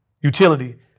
utility